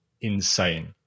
insane